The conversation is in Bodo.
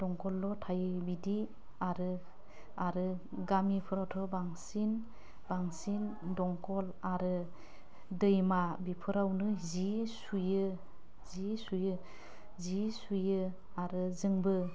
दमखल' थायो बिदि आरो आरो गामिफोरावथ' बांसिन बांसिन दमखल आरो दैमा बिफोरावनो जि सुयो जि सुयो जि सुयो आरो जोंबो